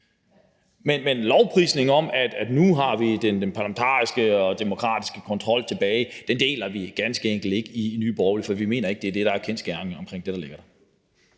Men lovprisningen af, at nu har vi den parlamentariske demokratiske kontrol tilbage, deler vi ganske enkelt ikke i Nye Borgerlige, for vi mener ikke, at det er det, der er kendsgerningen omkring det, der ligger der.